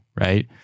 Right